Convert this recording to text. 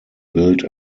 built